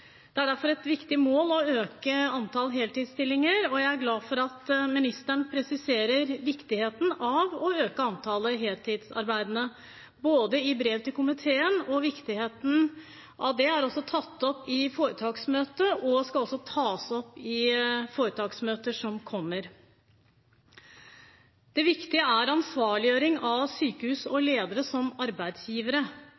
Det er derfor et viktig mål å øke antall heltidsstillinger, og jeg er glad for at ministeren presiserer viktigheten av å øke antallet heltidsarbeidende, både i brev til komiteen og gjennom at det også er tatt opp i foretaksmøter og skal tas opp i foretaksmøter som kommer. Det viktige er ansvarliggjøring av sykehus og